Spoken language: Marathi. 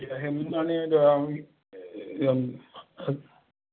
आणि